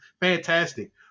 fantastic